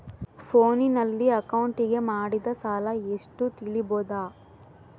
ಫೋನಿನಲ್ಲಿ ಅಕೌಂಟಿಗೆ ಮಾಡಿದ ಸಾಲ ಎಷ್ಟು ತಿಳೇಬೋದ?